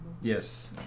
Yes